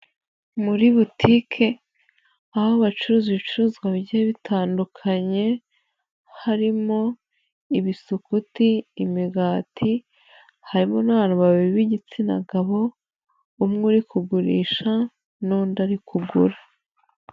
Muri botike aho bacuruza ibicuruzwa bigiye bitandukanye, harimo ibisukuti, imigati, harimo n'abantu babiri b'igitsina gabo, umwe uri kugurisha n'undi ari kugura.